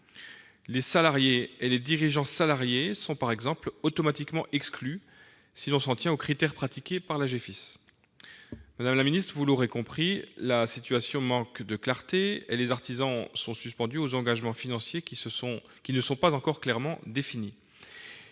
Les salariés et les dirigeants salariés sont par exemple automatiquement exclus, si l'on s'en tient aux critères pratiqués par l'Agefice. Monsieur le secrétaire d'État, vous l'aurez compris, la situation manque de clarté et les artisans sont suspendus aux engagements financiers, qui ne sont pas encore clairement définis.